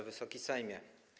Wysoki Sejmie!